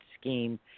scheme